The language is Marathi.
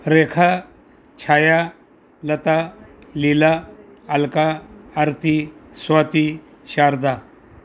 रेखा छाया लता लीला अलका आरती स्वाती शारदा